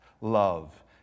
love